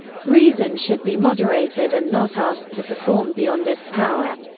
reason should be moderated and not asked to perform beyond its power.